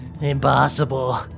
Impossible